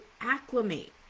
acclimate